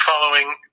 following –